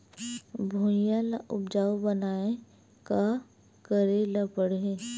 भुइयां ल उपजाऊ बनाये का करे ल पड़ही?